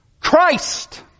Christ